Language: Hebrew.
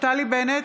נפתלי בנט,